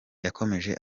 yakomeje